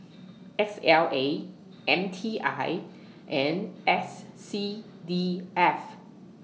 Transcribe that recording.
S L A M T I and S C V F